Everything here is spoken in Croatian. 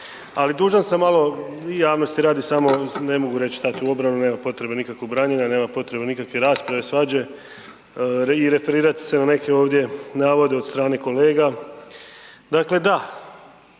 Ali dužan sam malo javnosti radi samo ne mogu reći, stati u obranu, nema potrebe nikako branjenja, nema potrebe nikakve rasprave, svađe i referirati se na neke ovdje navode od strane kolega. Dakle, da,